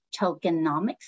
tokenomics